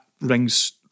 rings